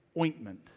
ointment